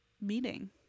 meeting